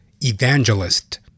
Evangelist